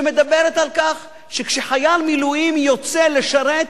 שמדברת על כך שכשחייל מילואים יוצא לשרת,